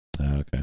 Okay